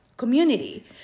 community